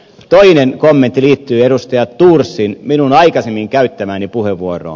toinen kommentti liittyy edustaja thors minun aikaisemmin käyttämääni puheenvuoroon